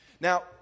Now